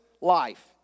life